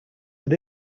that